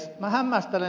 minä hämmästelen